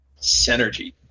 Synergy